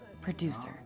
producer